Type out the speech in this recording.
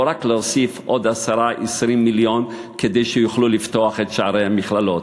לא רק להוסיף עוד 10 20 מיליון כדי שיוכלו לפתוח את שערי המכללות.